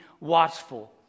watchful